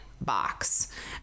box